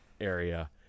area